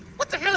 what the hell